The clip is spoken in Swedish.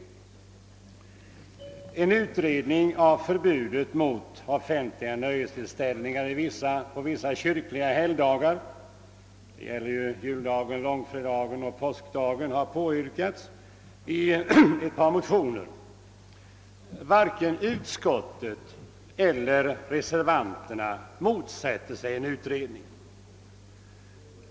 I ett par motioner har påyrkats en utredning av förbudet mot offentliga nöjestillställningar på vissa kyrkliga helgdagar — juldagen, långfredagen och påskdagen. Varken utskottet eller reservanterna motsätter sig en utredning.